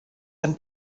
and